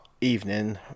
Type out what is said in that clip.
evening